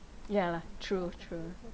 ya lah true true